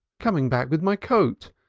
coming back with my coat.